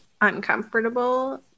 uncomfortable